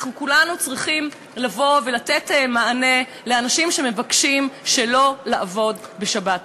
אנחנו כולנו צריכים לבוא ולתת מענה לאנשים שמבקשים שלא לעבוד בשבת.